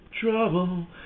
trouble